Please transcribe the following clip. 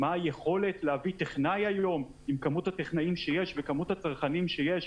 מה היכולת להביא טכנאי היום עם כמות הטכנאים שיש וכמות הצרכנים שיש,